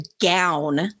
gown